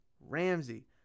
Ramsey